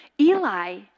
Eli